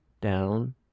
down